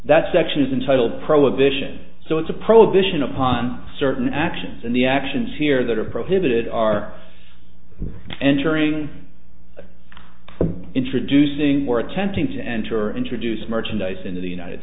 that section is entitled prohibition so it's a prohibition upon certain actions and the actions here that are prohibited are entering introducing we're attempting to enter or introduce merchandise into the united